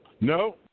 no